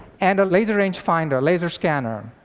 and a laser rangefinder, laser scanner.